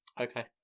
Okay